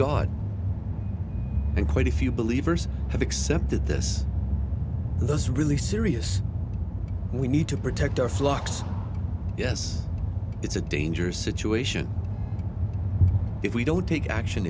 and quite a few believers have accepted this those really serious we need to protect our flocks yes it's a dangerous situation if we don't take action